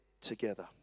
together